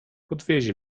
podwiezie